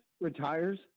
retires